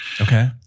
Okay